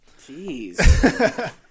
Jeez